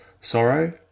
Sorrow